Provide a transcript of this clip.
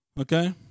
Okay